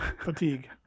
fatigue